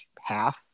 half